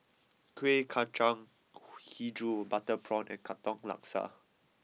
Kuih Kacang HiJau Butter Prawn and Katong Laksa